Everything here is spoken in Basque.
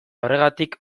horregatik